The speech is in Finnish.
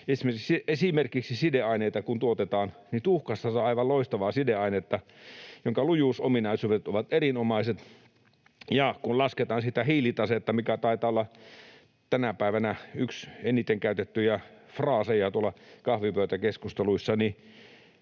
Esimerkiksi kun tuotetaan sideaineita, niin tuhkasta saa aivan loistavaa sideainetta, jonka lujuusominaisuudet ovat erinomaiset. Ja kun lasketaan sitä hiilitasetta — joka taitaa olla tänä päivänä yksi eniten käytettyjä fraaseja tuolla kahvipöytäkeskusteluissa — niin